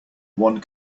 one